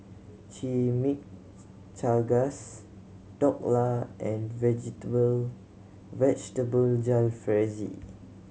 Chimichangas Dhokla and Vegetable Vegetable Jalfrezi